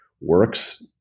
works